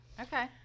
Okay